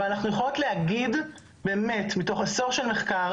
אבל אנחנו יכולות להגיד באמת מתוך עשור של מחקר,